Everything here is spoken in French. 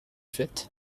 faite